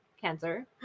cancer